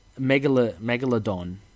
Megalodon